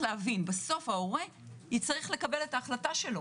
בסוף ההורה יצטרך לקבל את ההחלטה שלו.